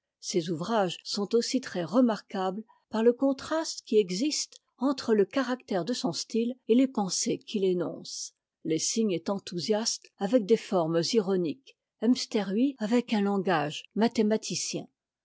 ses ouvrages sont aussi très remarquanes par le contraste qui existe entre le caractère de son style et les pensées qu'il énonce lessing est enthousiaste avec des formes ironiques hemsterhuis avec un langage mathématicien